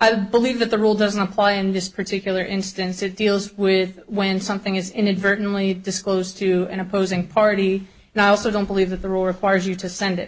i believe that the rule doesn't apply in this particular instance it deals with when something is inadvertently disclosed to an opposing party now also don't believe that the rule requires you to send it